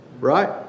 right